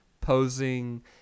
posing